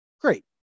great